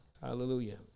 Hallelujah